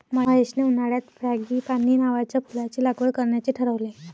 महेशने उन्हाळ्यात फ्रँगीपानी नावाच्या फुलाची लागवड करण्याचे ठरवले